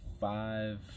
five